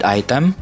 item